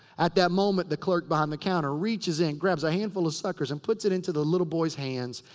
at that moment, the clerk behind the counter, reaches in, grabs a handful of suckers and puts it into the little boys hands.